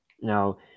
Now